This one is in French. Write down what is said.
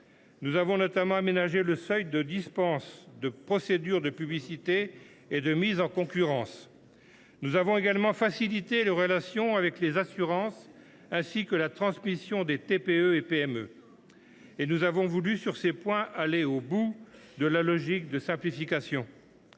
Nous avons ainsi aménagé le seuil de dispense de procédure de publicité et de mise en concurrence. Nous avons également souhaité faciliter les relations avec les assurances, ainsi que la transmission des TPE et PME. Nous avons voulu sur ces points aller au bout de la logique de simplification.